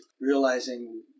realizing